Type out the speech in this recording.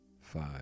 five